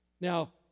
Now